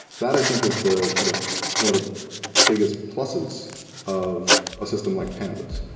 that i think is the kind of one of the biggest pluses of a system like pandas.